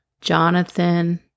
Jonathan